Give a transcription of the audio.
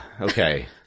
Okay